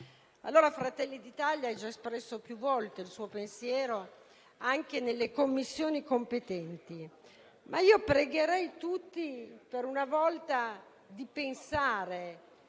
FI-BP).* Fratelli d'Italia ha già espresso più volte il suo pensiero, anche nelle Commissioni competenti. Io pregherei tutti, per una volta, di pensare